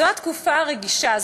זו התקופה הרגישה,